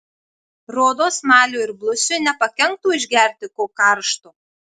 rodos maliui ir blusiui nepakenktų išgerti ko karšto